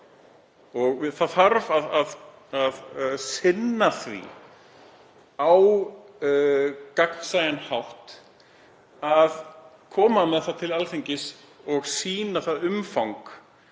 að. Það þarf að sinna því á gagnsæjan hátt að koma með það til Alþingis og sýna það sem